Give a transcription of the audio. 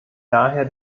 daher